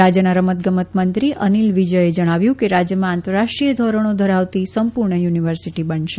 રા યના રમત ગમત મંત્રી નીલ વિ યે ણાવ્યું કે રા થમાં આંતરરાષ્ટ્રીય ધોરણો ધરાવતી સંપુર્ણ યુનિવર્સીટી બનશે